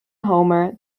homer